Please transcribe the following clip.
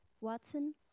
Watson